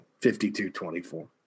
52-24